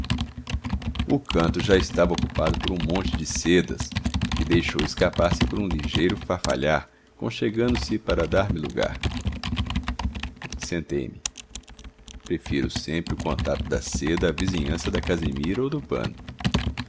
o canto já estava ocupado por um monte de sedas que deixou escapar-se um ligeiro farfalhar conchegando se para dar-me lugar sentei-me prefiro sempre o contato da seda à vizinhança da casimira ou do pano